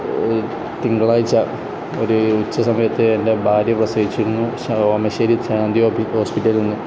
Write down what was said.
തിങ്കളാഴ്ച ഒരു ഉച്ചസമയത്ത് എൻ്റെ ഭാര്യ പ്രസവിച്ചിരുന്നു ഓമശ്ശേരി ശാന്തി ഹോസ്പിറ്റലിൽ നിന്ന്